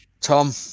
Tom